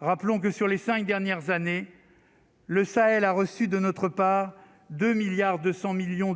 rappelons que sur les 5 dernières années, le Sahel a reçu de notre part 2 milliards 200 millions